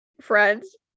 Friends